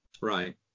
Right